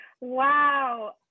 Wow